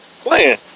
playing